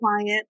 quiet